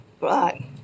Right